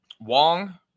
Wong